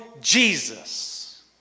Jesus